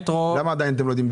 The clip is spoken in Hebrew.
למה עדיין אתם לא יודעים?